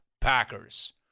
Packers